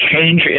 change